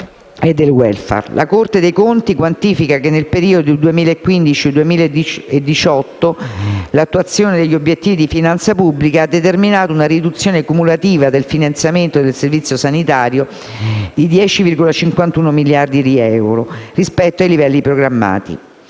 La Corte dei conti quantifica che nel periodo 2015-2018 l'attuazione degli obiettivi di finanza pubblica ha determinato una riduzione cumulativa del finanziamento del Servizio sanitario nazionale di 10,51 miliardi di euro, rispetto ai livelli programmati.